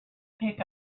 pick